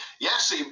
Yes